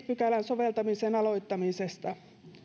pykälän soveltamisen aloittamisesta